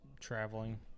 traveling